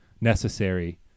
necessary